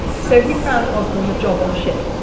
so he found osborne a job on a ship,